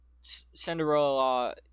Cinderella